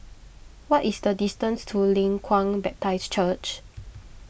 what is the distance to Leng Kwang Baptist Church